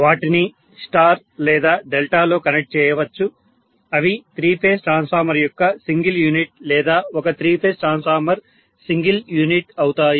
వాటిని స్టార్ లేదా డెల్టాలో కనెక్ట్ చేయవచ్చు అవి త్రీ ఫేజ్ ట్రాన్స్ఫార్మర్ యొక్క సింగిల్ యూనిట్ లేదా ఒక three phase transformer single unit అవుతాయి